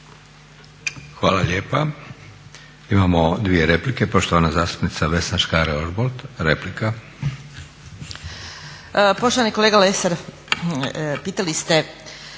Hvala lijepa. Imamo dvije replike. Poštovana zastupnica Vesna Škare-Ožbolt, replika.